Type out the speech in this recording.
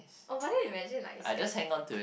oh but then imagine like is scat~